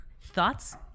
Thoughts